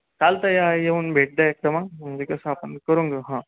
चालतं या येऊन भेट द्या एकतर मं म्हणजे कसं आपण करून घेऊ हां